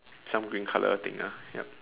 some green color thing ah yup